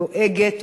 דואגת,